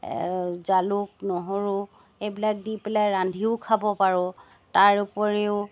জালুক নহৰু এইবিলাক দি পেলাই ৰান্ধিও খাব পাৰোঁ তাৰ উপৰিও